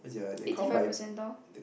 eighty five percentile